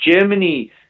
Germany